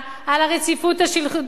על הרציפות השלטונית,